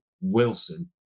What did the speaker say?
Wilson